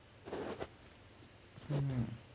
hmm